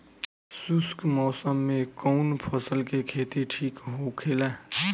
शुष्क मौसम में कउन फसल के खेती ठीक होखेला?